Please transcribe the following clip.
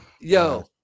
Yo